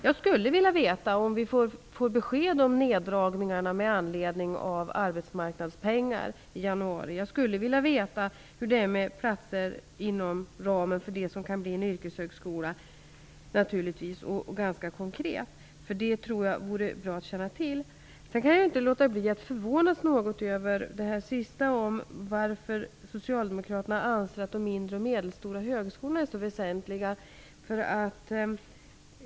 Jag skulle vilja veta om vi får besked om neddragningarna i januari med anledning av arbetsmarknadspengarna. Jag skulle vilja veta rent konkret hur det är med platser inom ramen för det som kan bli en yrkeshögskola. Det vore bra att känna till. Jag kan inte heller låta bli att något förvånas över att socialdemokraterna anser att de mindre och medelstora högskolorna är så väsentliga.